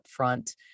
upfront